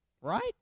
Right